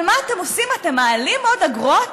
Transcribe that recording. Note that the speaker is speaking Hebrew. אבל מה אתם עושים, אתם מעלים עוד, אגרות?